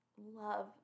love